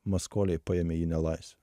maskoliai paėmė į nelaisvę